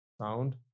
sound